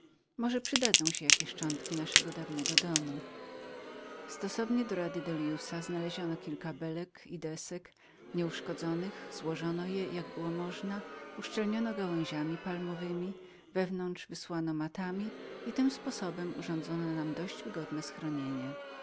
może przydadzą się jakie szczątki naszego dawnego domu stosownie do rady delliusa znaleziono kilka belek i desek nieuszkodzonych złożono je jak było można nakryto galeziamigałęziami palmowemi wewnątrz wysłano matami i tym sposobem urządzono nam dość wygodne schronienie